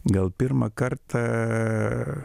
gal pirmą kartą